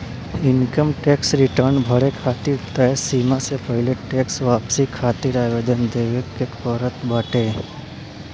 income tax return भरे खातिर तय समय से पहिले टेक्स वापसी खातिर आवेदन देवे के पड़त बाटे